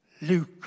Luke